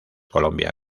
colombia